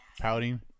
pouting